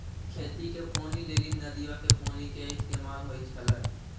खेती के पानी लेली नदीयो के पानी के इस्तेमाल होय छलै